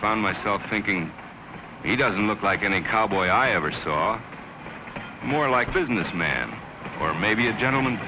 found myself thinking he doesn't look like any car boy i ever saw more like businessman or maybe a gentleman